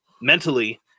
mentally